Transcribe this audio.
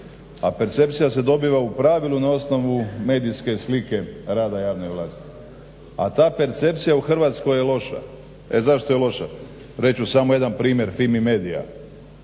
a percepcija se dobiva u pravilu na osnovu medijske slike rada javne vlasti a ta percepcija u Hrvatskoj je loša. E zašto je loša. Reć ću samo jedan primjer finih medija,